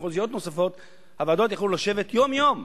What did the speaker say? הוועדות יכלו לשבת יום-יום,